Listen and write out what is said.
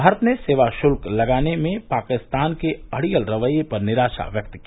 भारत ने सेवा शुल्क लगाने में पाकिस्तान के अड़ियल रवैये पर निराशा व्यक्त की